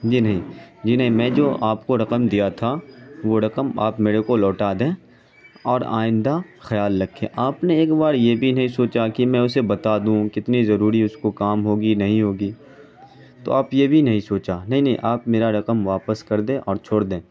جی نہیں جی نہیں میں جو آپ کو رقم دیا تھا وہ رقم آپ میرے کو لوٹا دیں اور آئندہ خیال رکھیں آپ نے ایک بار یہ بھی نہیں سوچا کہ میں اسے بتا دوں کتنی ضروری اس کو کام ہوگی نہیں ہوگی تو آپ یہ بھی نہیں سوچا نہیں نہیں آپ میرا رقم واپس کر دیں اور چھوڑ دیں